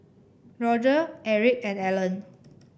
Roger Erick and Ellen